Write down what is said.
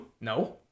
No